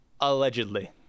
Allegedly